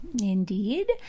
Indeed